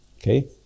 okay